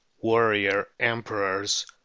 warrior-emperors